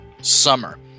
summer